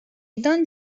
don’t